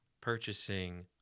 purchasing